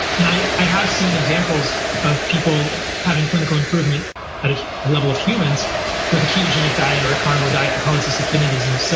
and i have seen examples of people having clinical improvement at a a level of humans with a ketogenic diet or a carnivore diet for polycystic kidney disease. so